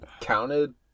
counted